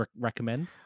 recommend